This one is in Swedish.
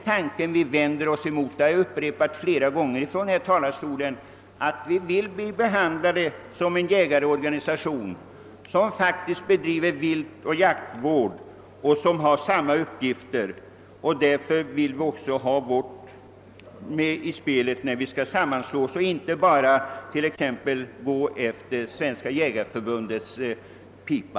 Jag har sagt flera gånger från denna talarstol, att vi vill bli behandlade som en jägarorganisation som bedriver jaktoch viltvård och som har samma uppgifter som Svenska jägareförbundet. Därför vill vi också ha vårt ord med i laget, när frågan om en sammanslagning diskuteras, och inte bara dansa efter Svenska jägareförbundets pipa.